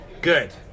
Good